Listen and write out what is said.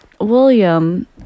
William